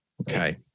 Okay